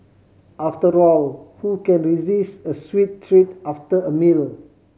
after all who can resist a sweet treat after a meal